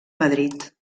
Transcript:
madrid